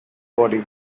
body